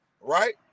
right